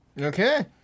Okay